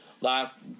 last